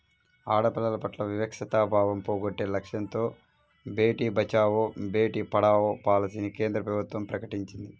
ఆడపిల్లల పట్ల వివక్షతా భావం పోగొట్టే లక్ష్యంతో బేటీ బచావో, బేటీ పడావో పాలసీని కేంద్ర ప్రభుత్వం ప్రకటించింది